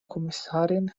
kommissarin